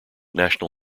national